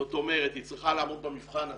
זאת אומרת היא צריכה לעמוד במבחן הזה,